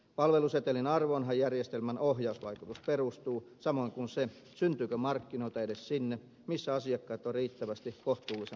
palvelusetelin arvoonhan järjestelmän ohjausvaikutus perustuu samoin kuin se syntyykö markkinoita edes sinne missä asiakkaita on riittävästi kohtuullisen matkan päässä